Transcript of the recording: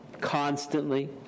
constantly